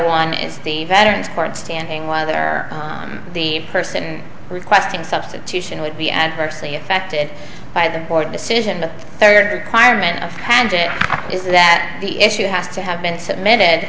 one is the veterans court standing while there the person requesting substitution would be adversely affected by the board decision the third requirement and it is that the issue has to have been submitted